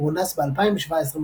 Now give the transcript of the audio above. שכונס ב-2017,